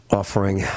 offering